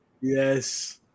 yes